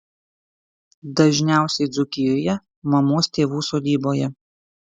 dažniausiai dzūkijoje mamos tėvų sodyboje